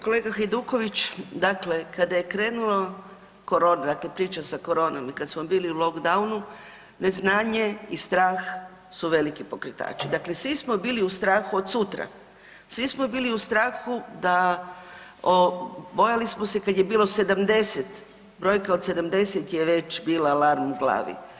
Kolega Hajduković kada je krenula korona, dakle priča sa koronom i kada smo bili u lockdownu neznanje i strah su veliki pokretači, dakle svi smo bili u strahu od sutra, svi smo bili u strahu da bojali smo se kada je bilo 70, brojka od 70 je već bila alarm u glavi.